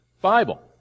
Bible